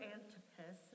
Antipas